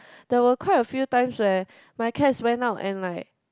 there were quite a few times where my cats went out and like